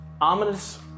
ominous